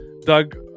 Doug